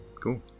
Cool